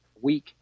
week